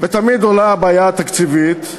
תמיד עולה הבעיה התקציבית,